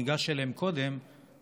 מי שניגש אליהם זה המשטרה.